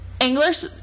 English